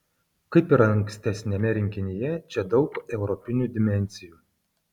kaip ir ankstesniame rinkinyje čia daug europinių dimensijų